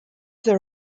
there